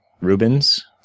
Rubens